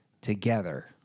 together